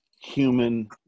human